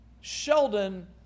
Sheldon